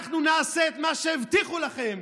אנחנו נעשה את מה שהבטיחו לכם.